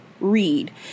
read